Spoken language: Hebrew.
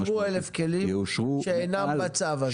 יאושרו 1,000 כלים שאינם בצו הזה.